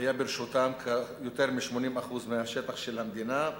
ברשותם יותר מ-80% מהשטח של המדינה,